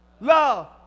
Love